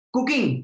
Cooking